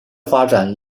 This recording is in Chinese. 发展